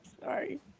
Sorry